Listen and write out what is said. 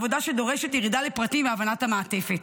עבודה שדורשת ירידה לפרטים והבנת המעטפת,